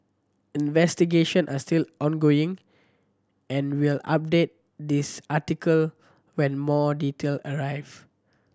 investigation are still ongoing and we'll update this article when more detail arrive